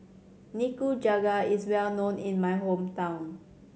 nikujaga is well known in my hometown